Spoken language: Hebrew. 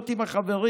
להיות עם החברים.